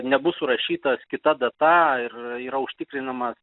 nebus surašytas kita data ir yra užtikrinamas